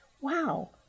wow